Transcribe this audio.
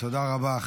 תודה רבה.